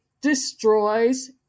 destroys